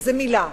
זה מלה.